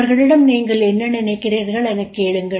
அவர்களிடம் நீங்கள் என்ன நினைக்கிறீர்கள் எனக் கேளுங்கள்